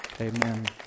amen